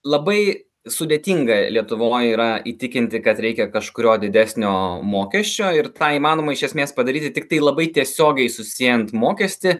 labai sudėtinga lietuvoj yra įtikinti kad reikia kažkurio didesnio mokesčio ir tą įmanoma iš esmės padaryti tiktai labai tiesiogiai susiejant mokestį